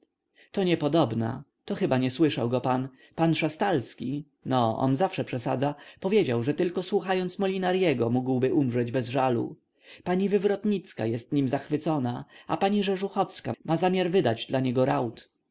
to niepodobna to chyba nie słyszał go pan pan szastalski no on zawsze przesadza powiedział że tylko słuchając molinarego mógłby umrzeć bez żalu pani wywrotnicka jest nim zachwycona a pani rzeżuchowska ma zamiar wydać dla niego raut